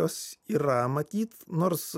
jos yra matyt nors